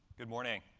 good morning.